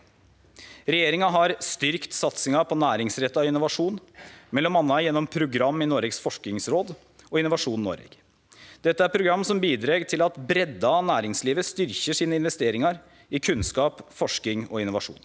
Regjeringa har styrkt satsinga på næringsretta innovasjon, m.a. gjennom program i Noregs forskingsråd og Innovasjon Noreg. Dette er program som bidreg til at breidda av næringslivet styrkjer investeringane sine i kunnskap, forsking og innovasjon.